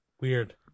weird